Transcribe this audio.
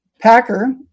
Packer